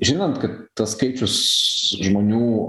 žinant kad tas skaičius žmonių